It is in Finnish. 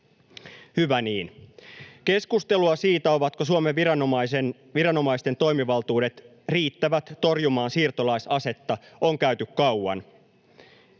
hyvä niin. Keskustelua siitä, ovatko Suomen viranomaisten toimivaltuudet riittävät torjumaan siirtolaisasetta, on käyty kauan.